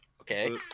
Okay